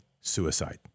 suicide